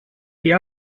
the